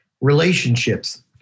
relationships